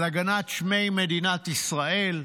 על הגנת שמי מדינת ישראל,